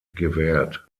gewährt